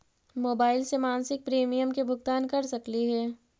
Mobile से मासिक premium के भुगतान कर सकली हे?